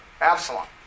Absalom